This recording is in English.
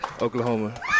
Oklahoma